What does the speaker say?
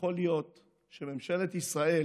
יכול להיות שממשלת ישראל